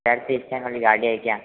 self start वाली गाड़ी है क्या